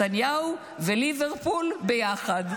נתניהו וליברפול ביחד.